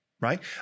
right